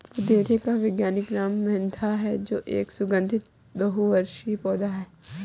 पुदीने का वैज्ञानिक नाम मेंथा है जो एक सुगन्धित बहुवर्षीय पौधा है